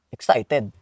Excited